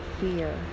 fear